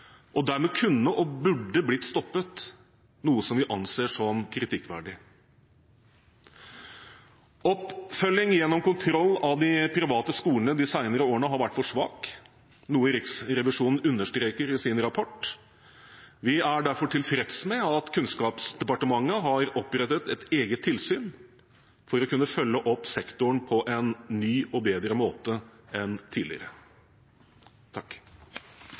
dermed kunne og burde blitt stoppet, noe vi anser som kritikkverdig. Oppfølgingen gjennom kontroll av de private skolene de senere årene har vært for svak, noe Riksrevisjonen understreker i sin rapport. Vi er derfor tilfreds med at Kunnskapsdepartementet har opprettet et eget tilsyn for å kunne følge opp sektoren på en ny og bedre måte enn tidligere.